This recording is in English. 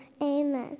Amen